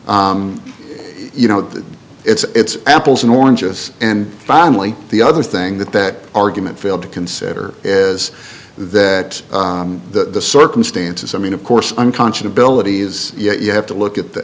you know that it's apples and oranges and finally the other thing that that argument failed to consider is that the circumstances i mean of course unconscious of billet is you have to look at the